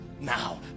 Now